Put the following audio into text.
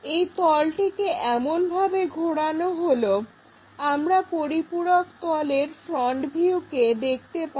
এই তলটিকে এমনভাবে ঘোরানো হলো যাতে আমরা পরিপূরক তলের ফ্রন্ট ভিউকে দেখতে পাই